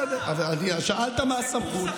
בסדר, שאלת מה הסמכות.